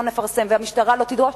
לא נפרסם והמשטרה לא תדרוש,